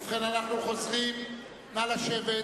ובכן, אנחנו חוזרים, נא לשבת.